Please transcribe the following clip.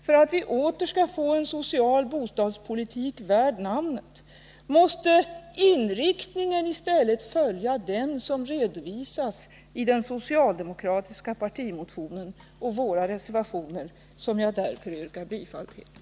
För att vi åter skall få en social bostadspolitik värd namnet måste inriktningen vara den som redovisas i den socialdemokratiska partimotionen och i våra reservationer, som jag därför yrkar bifall till.